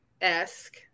esque